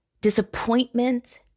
disappointment